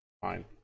Fine